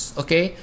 okay